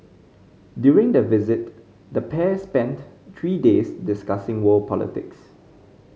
during the visit the pair spent three days discussing world politics